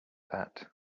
that